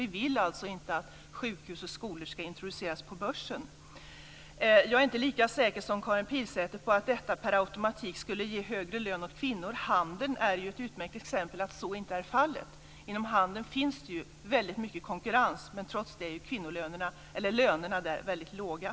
Vi vill alltså inte att skolor och sjukhus ska introduceras på börsen. Jag är inte lika säker som Karin Pilsäter på att detta per automatik skulle ge högre lön åt kvinnor. Handeln är ju ett utmärkt exempel på att så inte är fallet. Inom handeln finns det ju väldigt mycket konkurrens, men trots det är lönerna där väldigt låga.